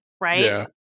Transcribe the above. right